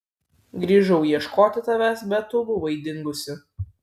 grįžau ieškoti tavęs bet tu buvai dingusi